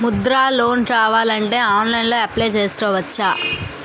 Mudra loan కావాలి అంటే ఆన్లైన్లో అప్లయ్ చేసుకోవచ్చా?